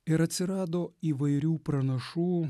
ir atsirado įvairių pranašų